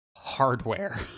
hardware